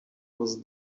was